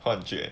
幻觉